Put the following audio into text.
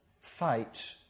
fight